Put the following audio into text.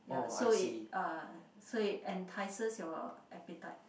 ya it uh so it entices your appetite